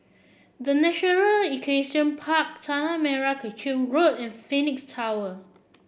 The National Equestrian Park Tanah Merah Kechil Road and Phoenix Tower